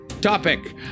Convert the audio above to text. topic